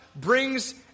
brings